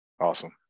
Awesome